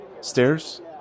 stairs